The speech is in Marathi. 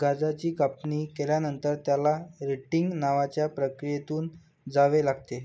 गांजाची कापणी केल्यानंतर, त्याला रेटिंग नावाच्या प्रक्रियेतून जावे लागते